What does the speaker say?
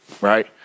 Right